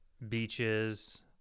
Beaches